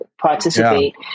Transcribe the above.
participate